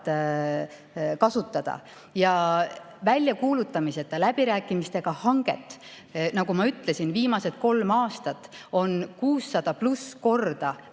kasutada. Väljakuulutamiseta läbirääkimistega hanget, nagu ma ütlesin, on viimased kolm aastat 600+ korda